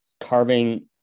carving